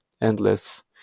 endless